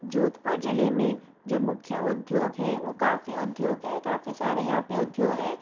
जोधपुर ज़िले में जो मुख्य उद्योग है वो काफ़ी उद्योग हैं काफ़ी सारे यहाँ पर उद्योग हैं